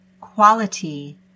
Quality